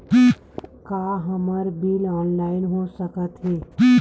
का हमर bill online हो सकत हे?